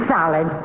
Solid